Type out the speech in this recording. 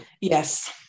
Yes